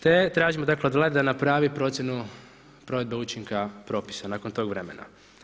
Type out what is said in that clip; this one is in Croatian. Te tražimo dakle od vlade da napravi procjenu provedbe učinke propisa nakon tog vremena.